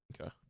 Okay